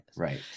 Right